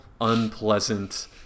unpleasant